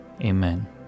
amen